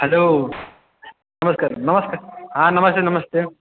hello नमस्कार हँ नमस्ते नमस्ते